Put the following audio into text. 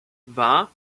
war